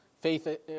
Faith